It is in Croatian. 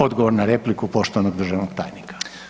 Odgovor na repliku poštovanog državnog tajnika.